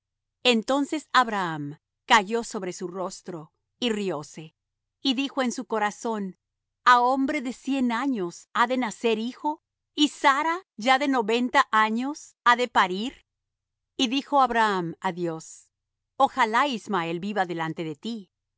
entonces abraham cayó sobre su rostro y rióse y dijo en su corazón a hombre de cien años ha de nacer hijo y sara ya de noventa años ha de parir y dijo abraham á dios ojalá ismael viva delante de ti